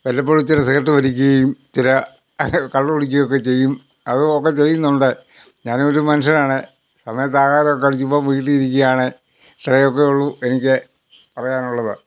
വല്ലപ്പോഴും ഇച്ചിരി സിഗരറ്റ് വലിക്കുകയും ഇച്ചിരി കള്ളു കുടിക്കുകയും ഒക്കെ ചെയ്യും അത് ഒക്കെ ചെയ്യുന്നുണ്ട് ഞാനും ഒരു മനുഷ്യനാണ് സമയത്ത് ആഹാരമൊക്കെ കഴിച്ച് ഇപ്പോൾ വീട്ടിലിരിക്കുകയാണ് ഇത്രയൊക്കയേ ഉള്ളു എനിക്ക് പറയാനുള്ളത്